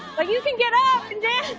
but you can get up and